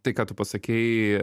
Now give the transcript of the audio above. tai ką tu pasakei